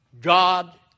God